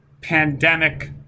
pandemic